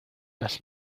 las